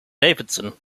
davidson